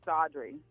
Audrey